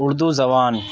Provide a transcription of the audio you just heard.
اردو زبان